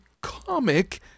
comic